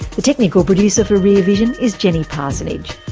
the technical producer for rear vision is jenny parsonage.